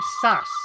sass